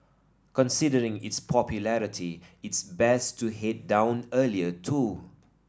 considering its popularity it's best to head down earlier too